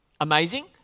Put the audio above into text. Amazing